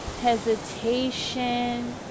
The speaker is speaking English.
hesitation